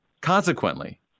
Consequently